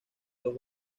los